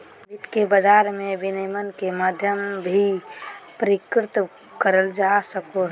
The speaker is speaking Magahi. वित्त के बाजार मे विनिमय के माध्यम भी परिष्कृत करल जा सको हय